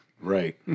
Right